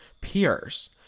peers